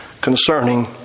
concerning